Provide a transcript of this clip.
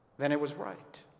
than it was right.